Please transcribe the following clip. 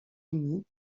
unis